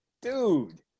Dude